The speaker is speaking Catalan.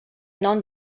nom